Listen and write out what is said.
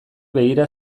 begira